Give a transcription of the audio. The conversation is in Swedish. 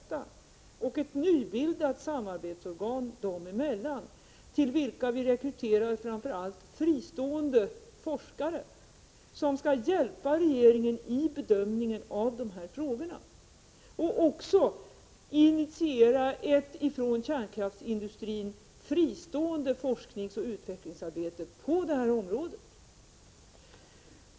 Vi har också ett nybildat organ för samarbete dem emellan, till vilket vi rekryterar framför allt fristående forskare, som skall hjälpa regeringen i bedömningen av dessa frågor och också initiera ett från kärnkraftsindustrin fristående forskningsoch utvecklingsarbete på detta område.